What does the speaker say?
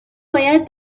باید